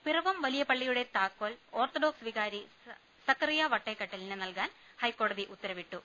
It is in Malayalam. പിറവം വലിയ പള്ളിയുടെ താക്കോൽ ഓർത്തഡോക്സ് വികാരി സ്കറിയ വട്ടേകട്ടിലിന് നൽകാൻ ഹൈക്കോടതി ഉത്തര വിട്ടു